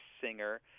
singer